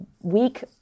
week